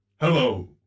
Hello